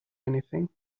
anything